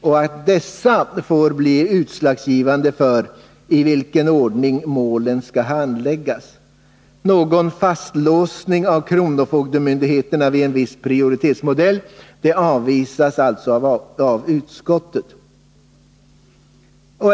Dessa omständigheter skall alltså vara utslagsgivande för i vilken ordning målen skall handläggas. En fastlåsning av kronofogdemyndigheterna vid en viss prioriteringsmodell avvisas alltså av utskottet.